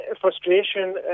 frustration